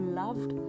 loved